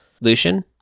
Lucian